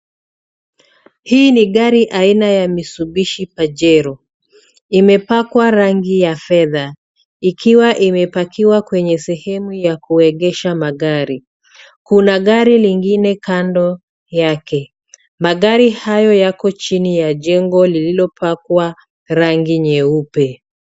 Hii ni gari aina ya Mitsubishi Pajero. Imepakwa rangi ya fedha ikiwa imepakiwa kwenye sehemu ya kuegesha magari. Kuna gari lingine kando yake. Magari hayo yako chini ya jengo lililopakwa rangi nyeupe.